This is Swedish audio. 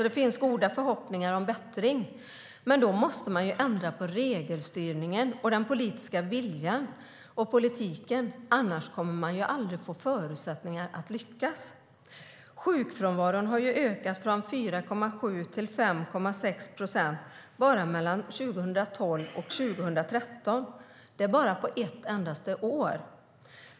Det finns goda förhoppningar om bättring. Men då måste man ändra på regelstyrningen, den politiska viljan och politiken. Annars kommer man aldrig att få förutsättningar att lyckas. Sjukfrånvaron har ökat från 4,7 till 5,6 procent bara mellan 2012 och 2013, på ett endaste år.